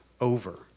over